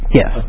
yes